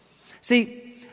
See